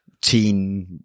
teen